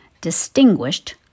distinguished